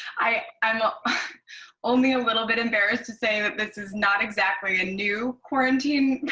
i'm only a little bit embarrassed to say that this is not exactly a new quarantine